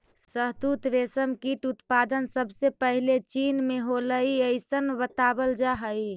शहतूत रेशम कीट उत्पादन सबसे पहले चीन में होलइ अइसन बतावल जा हई